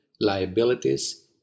liabilities